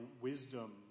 wisdom